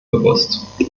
bewusst